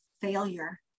failure